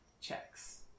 checks